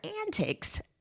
antics